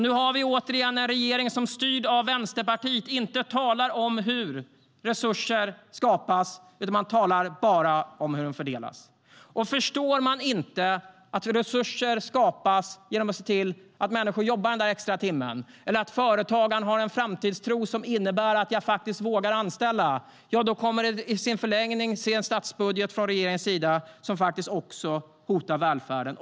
Nu har vi återigen en regering som styrd av Vänsterpartiet inte talar om hur resurser skapas, utan man talar bara om hur de fördelas. Förstår man inte att resurser skapas genom att se till att människor jobbar den där extra timmen eller att företagarna har en framtidstro som innebär att de vågar anställa kommer man i förlängningen att se en statsbudget från regeringens sida som också hotar välfärden.